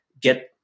get